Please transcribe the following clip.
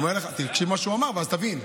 תקשיב מה שהוא אמר ואז תבין.